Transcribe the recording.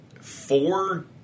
four